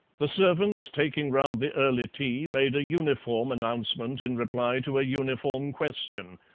the servants taking round the early tea made a uniform announcement in reply to a uniform question.